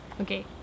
okay